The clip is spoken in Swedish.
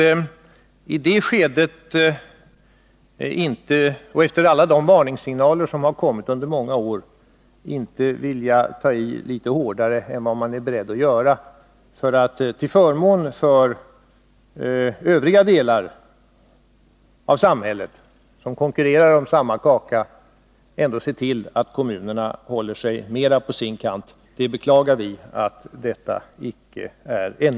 Vi beklagar att det ännu icke, efter alla de varningssignaler som kommit under många år, blivit en mera allmänt omfattad mening att man bör ta i litet hårdare mot kommunerna än vad man är beredd att göra, till förmån för övriga delar av samhället som konkurrerar om samma kaka, och se till att kommunerna håller sig mera på sin kant. Detta är ju ingen nyhet.